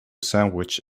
sandwich